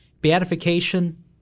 beatification